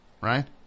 right